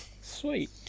sweet